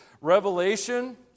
Revelation